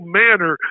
manner